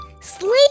sleep